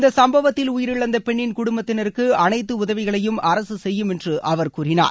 இந்த சும்பவத்தில் உயிரிழந்த பெண்ணின் குடும்பத்தினருக்கு அனைத்து உதவிகளையும் அரசு செய்யும் என்று அவர் கூறினார்